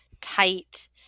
tight